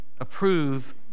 approve